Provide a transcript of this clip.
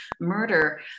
murder